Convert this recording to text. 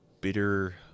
bitter